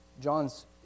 John's